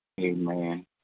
Amen